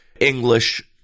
english